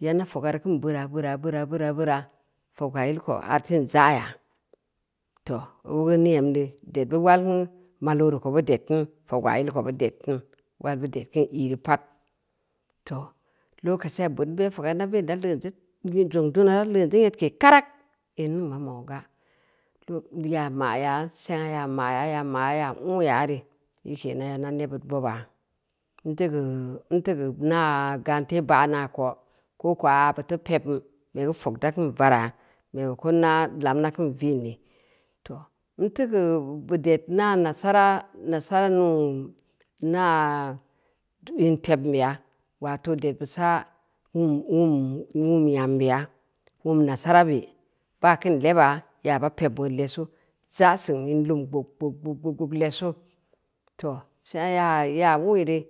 yana foga reu kaan beura, beura, beura, beura, fogwaa yil ko hartin za’yaa, too obu ma niyam meu ded bu wal nn, malori ko bud ed nn, fogwaa-yil ko bud ed nn wal bud ed ze iireu pad, too, lokaciya beud n be fog ana be’n da leun ze weud zong duna da leun ze nyed ke karak, in ningn ma ma’u ga, too ijaa ma’yaa sengna yaa ma’ya ya nn yaa re, yana nebbid boba, n teu geu, n teu geu ina gante ba, naa ko, ko knua bu teu peb fog da kin vara memako lam nn a kin vi’n ne. Too n teu keu baded ina nasara, nasara hnm ina deu in pebmbeya, wato ded bu sa’ nwum nwum nyam beya, nuwm nasara be, bakin leba, yaba pebm weureu lesu, za’sin in lum gbog-gbog-gbog, lesu, too sengna yaa weuyi re…